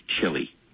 chili